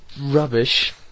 Rubbish